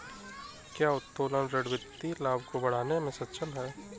क्या उत्तोलन ऋण वित्तीय लाभ को बढ़ाने में सक्षम है?